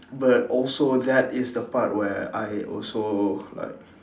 but also that is the part where I also like